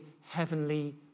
heavenly